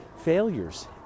failures